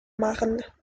marne